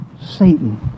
Satan